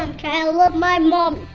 em kyler. i love my mommy!